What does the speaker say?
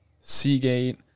seagate